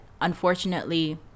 unfortunately